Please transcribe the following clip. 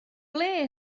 ble